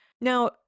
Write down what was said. Now